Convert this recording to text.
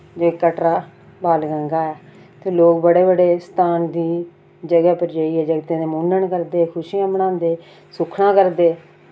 जे कटरा बाल गंगा ऐ ते लोक बड़े बड़े स्थान दी जगह् पर जाइयै जागतें दे मुन्नन करदे खुशियां मनांदे सुक्खनां करदे